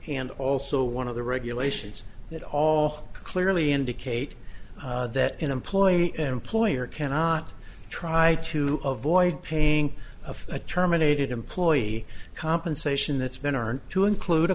and also one of the regulations that all clearly indicate that an employee employer cannot try to avoid paying of a terminated employee compensation that's been earned to include a